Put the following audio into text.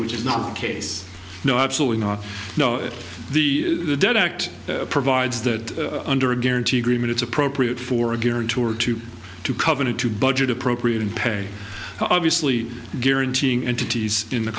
which is not the case no absolutely not know it the debt act provides that under a guarantee agreement it's appropriate for a guarantor to to covenant to budget appropriate and pay obviously guaranteeing entities in the